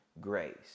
grace